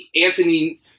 anthony